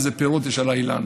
איזה פירות יש על האילן.